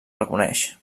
reconeix